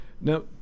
Now